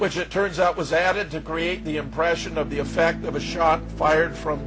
which it turns out was added to create the impression of the a fact that a shot fired from